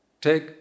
take